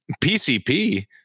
PCP